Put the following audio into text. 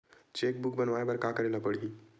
Cheque book बनवाय बर का करे ल पड़हि?